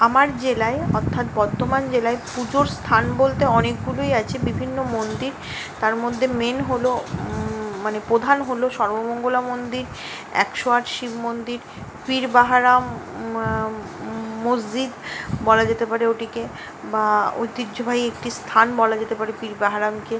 আমার জেলায় অর্থাৎ বর্ধমান জেলায় পুজোর স্থান বলতে অনেকগুলোই আছে বিভিন্ন মন্দির তার মধ্যে মেন হল মানে প্রধান হলো সর্বমঙ্গলা মন্দির একশো আট শিব মন্দির পীরবাহারাম মসজিদ বলা যেতে পারে ওটিকে বা ঐতিহ্যবাহী একটি স্থান বলা যেতে পারে পীরবাহারামকে